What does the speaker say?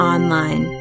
Online